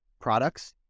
products